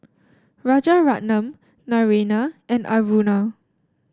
Rajaratnam Naraina and Aruna